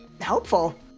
helpful